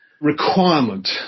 requirement